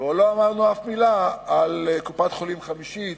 ולא אמרנו אף מלה על קופת-חולים חמישית.